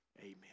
Amen